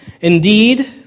Indeed